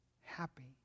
happy